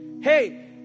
Hey